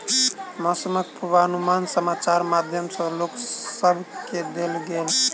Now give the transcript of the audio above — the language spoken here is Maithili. मौसमक पूर्वानुमान समाचारक माध्यम सॅ लोक सभ केँ देल गेल